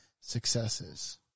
successes